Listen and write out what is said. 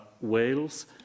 Wales